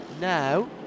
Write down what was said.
now